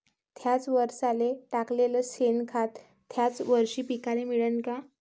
थ्याच वरसाले टाकलेलं शेनखत थ्याच वरशी पिकाले मिळन का?